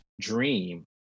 dream